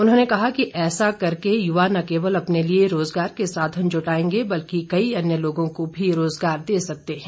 उन्होंने कहा कि ऐसा कर युवा न केवल अपने लिए रोजगार के साधन जुटाएंगे बल्कि कई अन्य लोगों को भी रोजगार दे सकते हैं